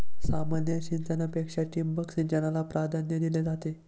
सामान्य सिंचनापेक्षा ठिबक सिंचनाला प्राधान्य दिले जाते